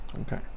Okay